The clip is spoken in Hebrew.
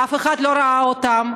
אף אחד לא ראה אותן,